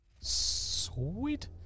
Sweet